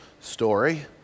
story